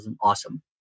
awesome